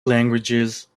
languages